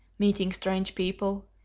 meeting strange people,